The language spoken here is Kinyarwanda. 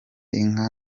inka